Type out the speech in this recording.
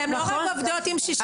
הן לא רק עובדות עם שישה ילדים,